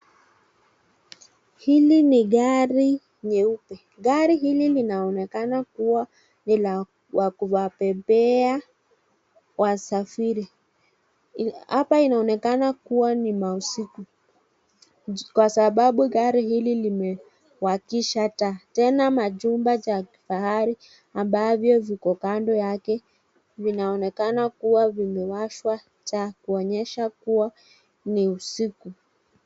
Hili ni gari nyeupe. Gari hili linaonekana kuwa ni la kuwabebea wasafiri. Hapa inaonekana kuwa ni mausiku kwa sababu gari hili limewakisha taa. Tena majumba cha fahari ambavyo viko kando yake vinaonekana kuwa vimewashwa taa kuonyesha kuwa ni usiku.